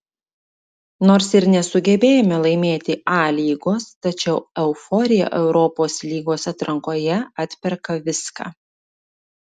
nors ir nesugebėjome laimėti a lygos tačiau euforija europos lygos atrankoje atperka viską